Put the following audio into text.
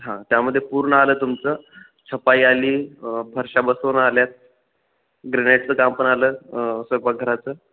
हां त्यामध्ये पूर्ण आलं तुमचं छपाई आली फरशा बसवून आल्यात ग्रेनाइटचं काम पण आलं स्वयंपाकघराचं